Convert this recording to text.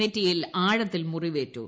നെറ്റിയിൽ ആഴത്തിൽ മുറിവേറ്റു